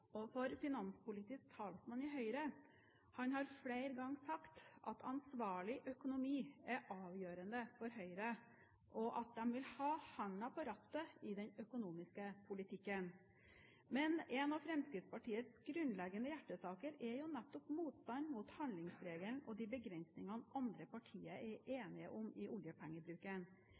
bekymret som finanspolitisk talsmann i Høyre. Han har flere ganger sagt at ansvarlig økonomi er avgjørende for Høyre, og at de vil ha hånda på rattet i den økonomiske politikken. Men en av Fremskrittspartiets grunnleggende hjertesaker er jo nettopp motstand mot handlingsregelen og de begrensningene andre partier er enige om i oljepengebruken.